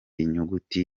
nyuguti